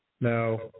Now